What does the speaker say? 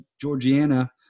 Georgiana